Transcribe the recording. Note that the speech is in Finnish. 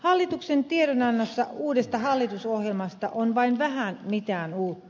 hallituksen tiedonannossa uudesta hallitusohjelmasta on vain vähän mitään uutta